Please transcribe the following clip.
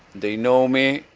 they know me,